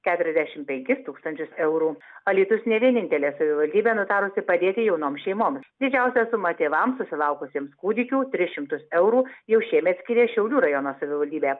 keturiasdešim penkis tūkstančius eurų alytus ne vienintelė savivaldybė nutarusi padėti jaunoms šeimoms didžiausią sumą tėvams susilaukusiems kūdikių tris šimtus eurų jau šiemet skyrė šiaulių rajono savivaldybė